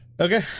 Okay